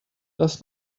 does